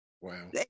Wow